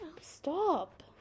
Stop